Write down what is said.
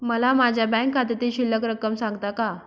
मला माझ्या बँक खात्यातील शिल्लक रक्कम सांगता का?